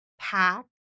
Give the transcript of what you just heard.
pack